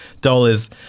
dollars